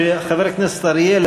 שחבר הכנסת אריאל,